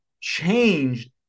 changed